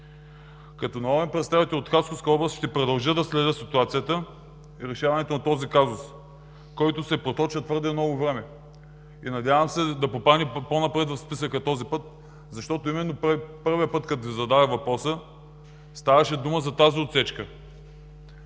Като народен представител от Хасковска област ще продължа да следя ситуацията и решаването на този казус, който се проточва твърде много време. Надявам се този път пътят да попадне по-напред в списъка, защото именно първия път, когато Ви зададох въпроса, ставаше дума за отсечката